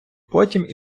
потім